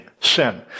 sin